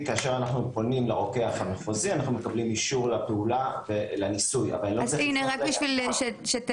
ויותר רופאים בחוץ מבינים שצריך להכניס את הנושא הזה של קנאביס